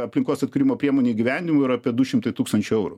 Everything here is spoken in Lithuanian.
aplinkos atkūrimo priemonių įgyvendinimą yra apie du šimtai tūkstančių eurų